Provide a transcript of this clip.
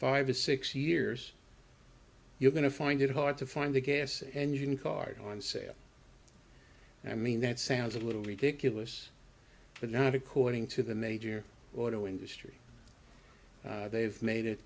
five or six years you're going to find it hard to find the gas engine card on sale and i mean that sounds a little ridiculous but not according to the major auto industry they've made